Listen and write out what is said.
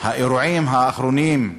האירועים האחרונים,